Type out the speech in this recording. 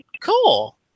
Cool